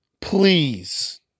Please